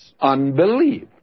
Unbelief